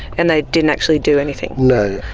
and they didn't actually do anything? no.